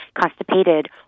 constipated